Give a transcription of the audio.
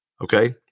Okay